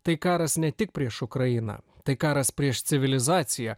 tai karas ne tik prieš ukrainą tai karas prieš civilizaciją